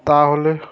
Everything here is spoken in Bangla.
তাহলে